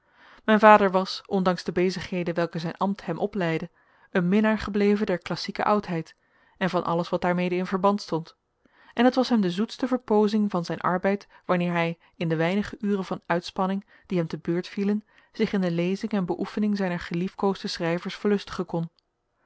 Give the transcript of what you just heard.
mijn vader was ondanks de bezigheden welke zijn ambt hem opleide een minnaar gebleven der classieke oudheid en van alles wat daarmede in verband stond en het was hem de zoetste verpoozing van zijn arbeid wanneer hij in de weinige uren van uitspanning die hem te beurt vielen zich in de lezing en beoefening zijner geliefkoosde schrijvers verlustigen